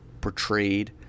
portrayed